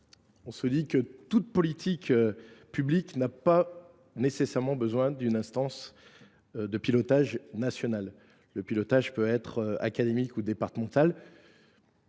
évidente. Toute politique publique n’a pas nécessairement besoin d’une instance de pilotage national ! Le pilotage peut être académique ou départemental.